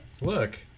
Look